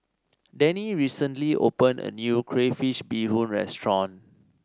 Denny recently opened a new Crayfish Beehoon Restaurant